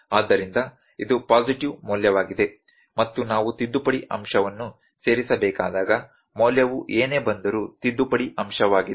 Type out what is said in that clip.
ಆದ್ದರಿಂದ ಇದು ಪಾಸಿಟಿವ್ ಮೌಲ್ಯವಾಗಿದೆ ಮತ್ತು ನಾವು ತಿದ್ದುಪಡಿ ಅಂಶವನ್ನು ಸೇರಿಸಬೇಕಾದಾಗ ಮೌಲ್ಯವು ಏನೇ ಬಂದರೂ ತಿದ್ದುಪಡಿ ಅಂಶವಾಗಿದೆ